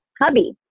hubby